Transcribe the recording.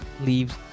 leaves